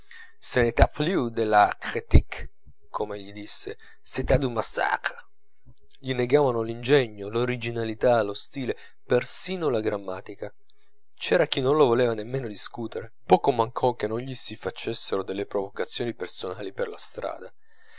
de la critique com'egli disse c'était du massacre gli negavano l'ingegno l'originalità lo stile persino la grammatica c'era chi non lo voleva nemmeno discutere poco mancò che non gli si facessero delle provocazioni personali per la strada